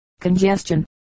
congestion